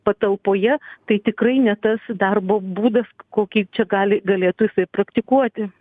patalpoje tai tikrai ne tas darbo būdas kokį čia gali galėtų jisai praktikuoti